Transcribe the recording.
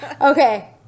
Okay